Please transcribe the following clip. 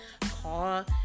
call